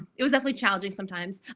it was definitely challenging sometimes.